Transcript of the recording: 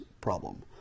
problem